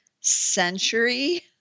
century